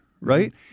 Right